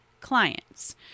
clients